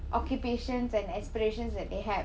occupations and aspirations that they have